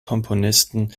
komponisten